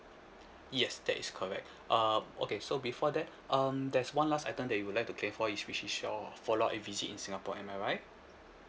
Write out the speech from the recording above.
yes that is correct uh okay so before that um there's one last item that you would like to claim for is which is your follow up visit in singapore am I right